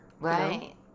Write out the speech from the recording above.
right